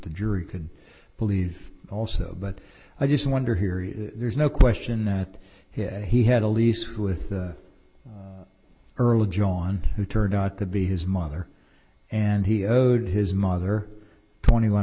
the jury can believe also but i just wonder here there's no question that hit he had a lease with earl john who turned out to be his mother and he owed his mother twenty one